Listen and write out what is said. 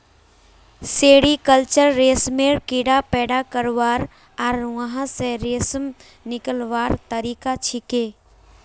sericulture रेशमेर कीड़ाक पैदा करवा आर वहा स रेशम निकलव्वार तरिका छिके